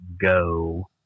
go